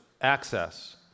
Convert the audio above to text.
access